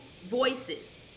voices